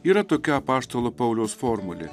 yra tokia apaštalo pauliaus formulė